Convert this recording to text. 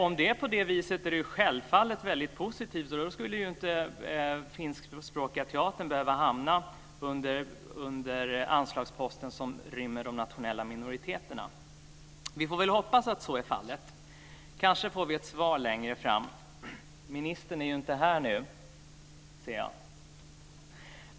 Om det är på det viset är det självfallet väldigt positivt. Då skulle inte den finskspråkiga teatern behöva hamna under anslagsposten som rymmer de nationella minoriteterna. Vi får väl hoppas att så är fallet. Kanske får vi ett svar längre fram. Ministern är inte här nu, ser jag.